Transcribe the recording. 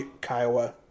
Kiowa